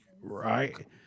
right